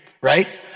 right